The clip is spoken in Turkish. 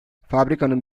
fabrikanın